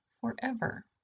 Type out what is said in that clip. forever